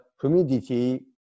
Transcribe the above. humidity